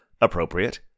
appropriate